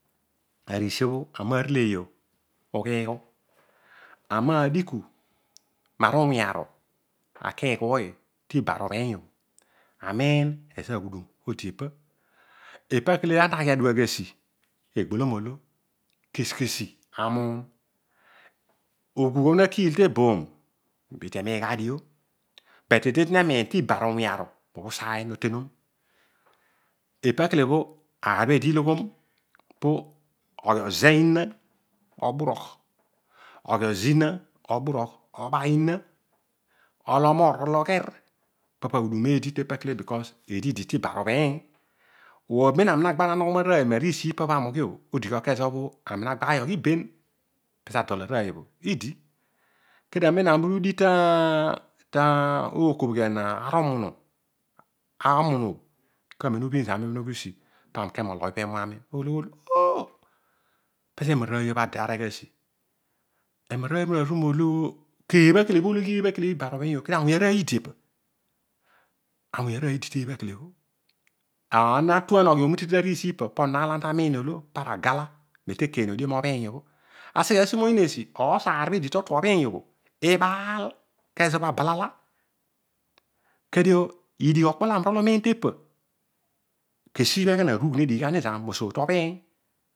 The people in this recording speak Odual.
Ariisi obho ami na keloey ogh ughiighu amaadi ku marumiaghu akiighuuy tari ubaru bhinyo amiin ezo aghudum odi epar epa kele ama adua aghi asi egbolom oolo kesi kesi amuum but eedi tetweni emiin ti bari uwia bhu usai notenom. Epa kele bho aar lo eedi iloghom poghi ozei ina oburogh oba ina orol omoor orol ogher ipa pa aghudum eedi te pa because eedi idi ti barubhiiny. Amem ami na agba na nogho rooy mariisi pabho aami ughi o odogha kezo bho ami na gbayogh iben pezo adol aroiy idi. Kamem ami uru udigh tookobhghian arum unu o mamem uru ubhin zami ughi usi kaami ke mobhibh eenu ami o! Pezo emararoiyobho aregh asi emararoiyo naru mobho keebhakele ibarubhiny o ka auny aroiy idi eebha. Awuny rooy iditeebh kele: ana tuan oghi osi tariisi pa ponon aar lo ana tamiin oolo para agala mete ekeiy no odion obhiny obho. Aseghe asi moyiin esi, oosaar idi totu obhiiny o ibaal kezo bho abalala kedio idigh okpo lo ami urol umiin tepa kesiibha ekona aruuu nedighi ghani zami mo soor tobhiiny